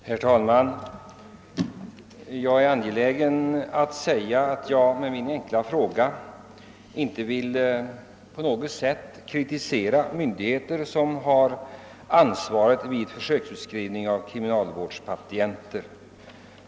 Herr talman! Jag är angelägen att säga att jag med min enkla fråga inte vill på något sätt kritisera myndigheter som har ansvaret vid försöksutskrivning av kriminalvårdspatienter.